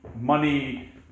money